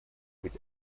быть